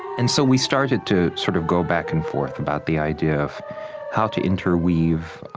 and so we started to sort of go back and forth about the idea of how to interweave